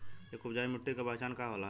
एक उपजाऊ मिट्टी के पहचान का होला?